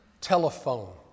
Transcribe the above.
telephone